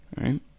right